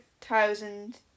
thousand